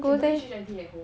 can do H_I_I_T at home